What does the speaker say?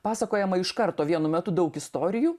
pasakojama iš karto vienu metu daug istorijų